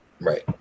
Right